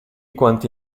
quanti